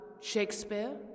Shakespeare